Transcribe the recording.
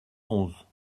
onze